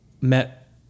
Met